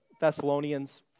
Thessalonians